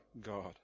God